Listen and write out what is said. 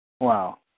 Wow